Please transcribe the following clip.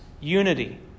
unity